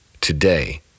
today